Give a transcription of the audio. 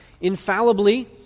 infallibly